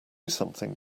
something